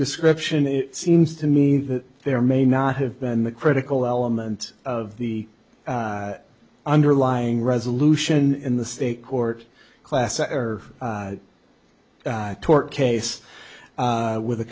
description it seems to me that there may not have been the critical element of the underlying resolution in the state court class or tort case with the